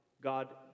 God